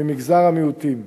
ממגזר המיעוטים,